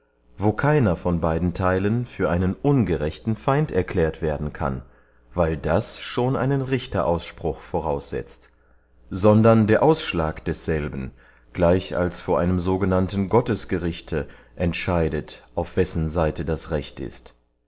wo keiner von beyden theilen für einen ungerechten feind erklärt werden kann weil das schon einen richterausspruch voraussetzt sondern der ausschlag desselben gleich als vor einem so genannten gottesgerichte entscheidet auf wessen seite das recht ist